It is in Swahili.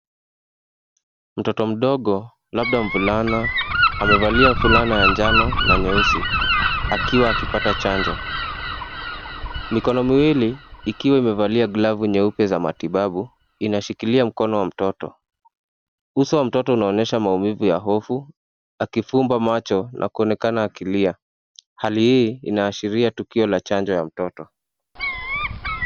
Mtoto mdogo labda mvulana amevalia fulana ya njano na nyeusi akiwa akipata chanjo. Mikono miwili ikiwa imevalia glovu nyeupe za matibabu inashikilia mikono ya mtoto, uso ya mtoto inaonhesha maumivu ya hofu, akifumba macho na kuonekana akilia. Hali hii inaashirira tukio la nchajo ya mtoto.